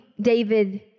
David